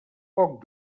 poc